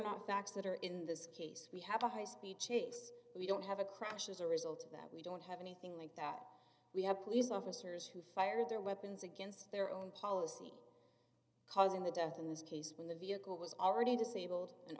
not facts that are in this case we have a high speed chase we don't have a crash as a result of that we don't have anything like that we have police officers who fired their weapons against their own policy causing the death in this case when the vehicle was already disabled and